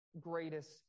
greatest